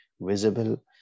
visible